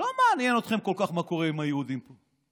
לא מעניין אתכם כל כך מה קורה עם היהודים פה,